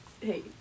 Hey